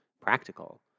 practical